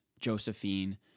Josephine